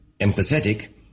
empathetic